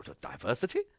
Diversity